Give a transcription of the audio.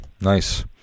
Nice